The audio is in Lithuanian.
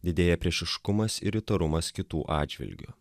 didėja priešiškumas ir įtarumas kitų atžvilgiu